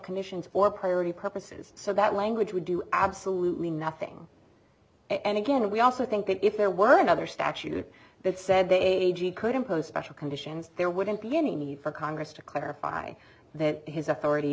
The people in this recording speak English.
commissions or priority purposes so that language would do absolutely nothing and again we also think that if there was another statute that said the a g could impose special conditions there wouldn't be any need for congress to clarify that his authority